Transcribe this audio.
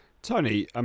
Tony